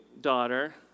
daughter